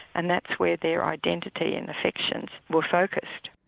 and that's where their identity and affections were focused.